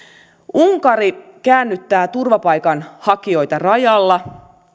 unkari käännyttää turvapaikanhakijoita rajalla